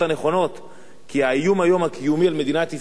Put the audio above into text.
כי היום האיום הקיומי על מדינת ישראל הוא